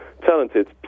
talented